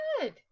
good